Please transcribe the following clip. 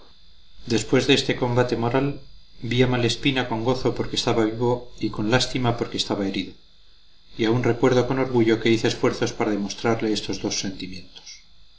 después de este combate moral vi a malespina con gozo porque estaba vivo y con lástima porque estaba herido y aún recuerdo con orgullo que hice esfuerzos para demostrarle estos dos sentimientos